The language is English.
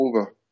over